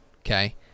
Okay